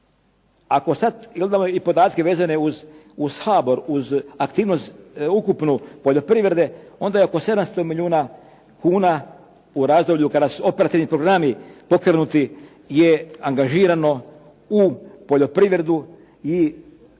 ako sada imamo podatke vezane uz HBOR vezano uz aktivnost ukupne poljoprivrede, onda je oko 700 milijuna kuna u razdoblju kada su operativni programi pokrenuti je angažirano u poljoprivredu i kredite